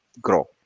grow